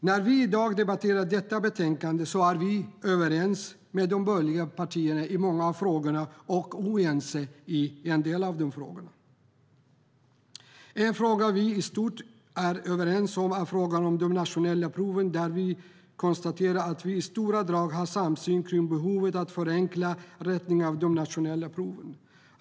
När vi i dag debatterar detta betänkande är vi överens med de borgerliga partierna om många av frågorna men oense om andra. En fråga vi nu i stort är överens om är frågan om de nationella proven, där vi konstaterar att vi i stora drag har en samsyn kring behovet av att förenkla rättningen av de nationella proven.